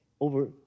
over